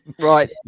Right